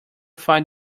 find